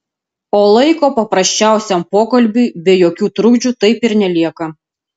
o laiko paprasčiausiam pokalbiui be jokių trukdžių taip ir nelieka